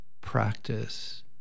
practice